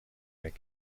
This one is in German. weg